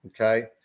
okay